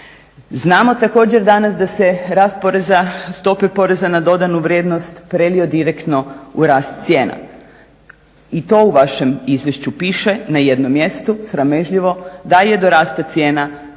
Znamo također danas da se rast poreza stope poreza na dodanu vrijednost prelio direktno u rast cijena i to u vašem izvješću piše na jednom mjestu sramežljivo da je do rasta cijena došlo